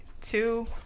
Two